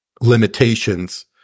limitations